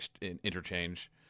Interchange